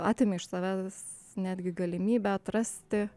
atimi iš savęs netgi galimybę atrasti